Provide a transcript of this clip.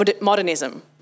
modernism